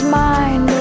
mind